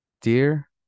Dear